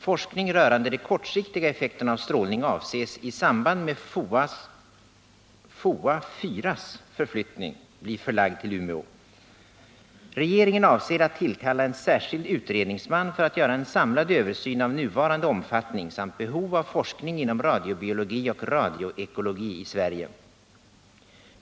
Forskning rörande de kortsiktiga effekterna av strålning avses i samband med FOA 4:s förflyttning bli förlagd till Umeå. Regeringen avser att tillkalla en särskild utredningsman för att göra en samlad översyn av nuvarande omfattning samt behov av forskning inom radiobiologi och radioekologi i Sverige.